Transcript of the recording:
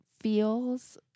feels